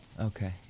Okay